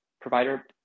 provider